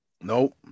Nope